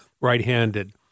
right-handed